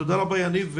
תודה רבה יניב.